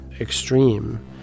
extreme